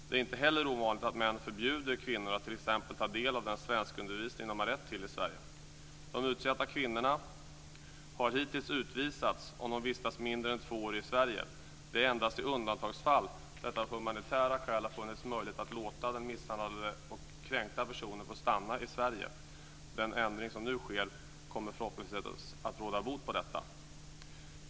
Det är inte heller ovanligt att män förbjuder kvinnor att t.ex. ta del av den svenskundervisning som de har rätt till i De utsatta kvinnorna har hittills utvisats om de har vistats mindre än två år i Sverige. Det är endast i undantagsfall som det av humanitära skäl har funnits möjlighet att låta den misshandlade och kränkta personen få stanna i Sverige. Den ändring som nu sker kommer förhoppningsvis att råda bot på detta.